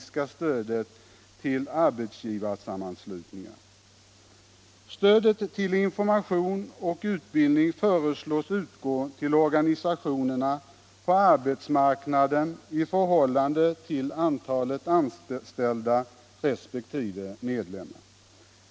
Stödet till information och utbildning föreslås utgå till organisationerna på arbetsmarknaden i förhållande till antalet anställda medlemmar.